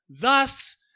Thus